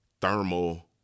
thermal